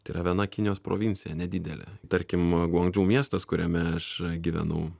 tai yra viena kinijos provincija nedidelė tarkim goandžu miestas kuriame aš gyvenau